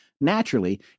naturally